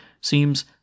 seems